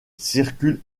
circulent